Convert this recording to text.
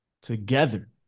together